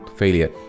failure